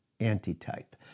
antitype